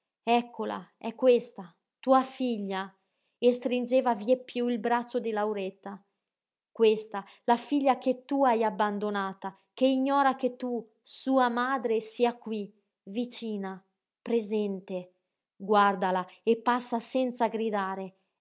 eccola è questa tua figlia e stringeva vieppiú il braccio di lauretta questa la figlia che tu hai abbandonata che ignora che tu sua madre sia qui vicina presente guardala e passa senza gridare